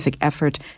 effort